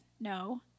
No